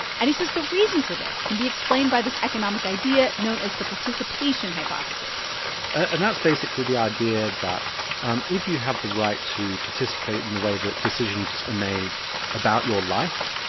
and he says the reason for this can be explained by this economic idea known as the participation hypothesis and that's basically the idea that um if you have the right to participate in the way that decisions are made about your life,